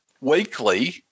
weekly